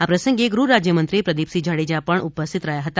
આ પ્રસંગે ગૃહરાજયમંત્રી પ્રદીપસિંહ જાડેજાએ પણ ઉપસ્થિત રહ્યા હતા